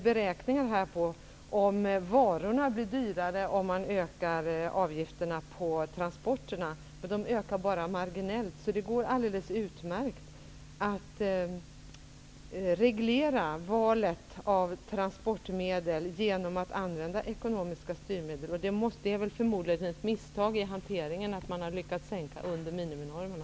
Beräkningar visar att priset på varorna bara ökar marginellt, om man ökar avgifterna på transporterna. Det går alldeles utmärkt att reglera valet av transportmedel genom att använda ekonomiska styrmedel. Det är förmodligen ett misstag i hanteringen att man har sänkt avgifterna under miniminormerna.